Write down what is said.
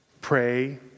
pray